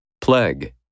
Plague